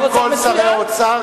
כשאומרים "כל שרי האוצר",